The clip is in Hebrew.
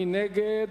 מי נגד?